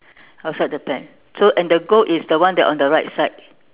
outside the pen and so the goat is the one that on the right side